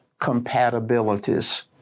compatibilities